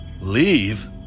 Leave